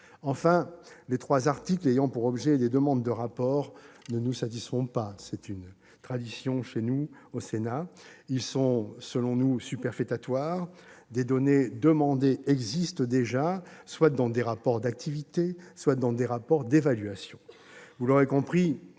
Enfin, les trois articles ayant pour objet des demandes de rapports ne nous satisfont pas ; c'est une tradition au Sénat. Ils sont superfétatoires : les données demandées existent déjà soit dans des rapports d'activité, soit dans des rapports d'évaluation. Vous l'aurez compris,